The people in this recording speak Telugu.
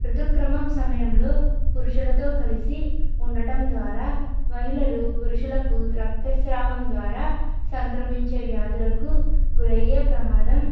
రుతుక్రమం సమయంలో పురుషులతో కలిసి ఉండటం ద్వారా మహిళలు పురుషులకు రక్తస్రావం ద్వారా సంక్రమించే వ్యాధులకు గురయ్యే ప్రమాదం